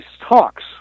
talks